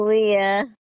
Leah